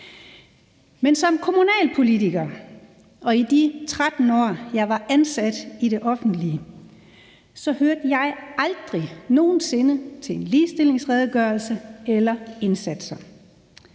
Men som kommunalpolitiker og i de 13 år, jeg var ansat i det offentlige, hørte jeg aldrig nogen sinde til en ligestillingsredegørelse eller til